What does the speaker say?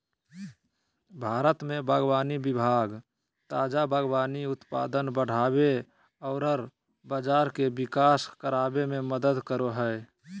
भारत में बागवानी विभाग ताजा बागवानी उत्पाद बढ़ाबे औरर बाजार के विकास कराबे में मदद करो हइ